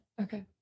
Okay